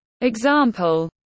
example